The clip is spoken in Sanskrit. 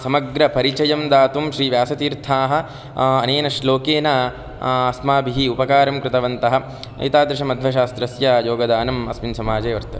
समग्रपरिचयं दातुं श्रीव्यासतीर्थाः अनेन श्लोकेन अस्माभिः उपकारं कृतवन्तः एतादृशः मध्वशास्त्रस्य योगदानम् अस्मिन् समाजे वर्तते